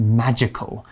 magical